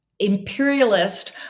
Imperialist